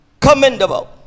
commendable